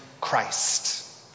Christ